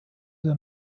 der